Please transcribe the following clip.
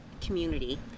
community